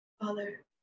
Father